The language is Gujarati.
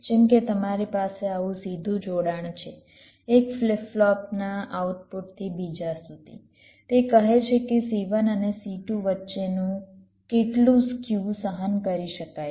જેમ કે તમારી પાસે આવું સીધું જોડાણ છે એક ફ્લિપ ફ્લોપના આઉટપુટથી બીજા સુધી તે કહે છે કે C1 અને C2 વચ્ચેનું કેટલું સ્ક્યુ સહન કરી શકાય છે